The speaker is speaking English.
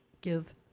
give